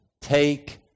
take